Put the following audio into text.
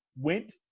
went